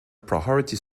proprietary